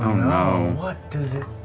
what does it?